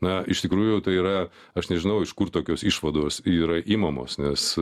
na iš tikrųjų tai yra aš nežinau iš kur tokios išvados yra imamos nes